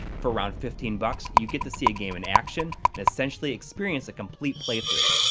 for around fifteen bucks, you'd get to see a game in action, and essentially experience a complete playthrough.